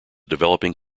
developing